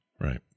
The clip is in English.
Right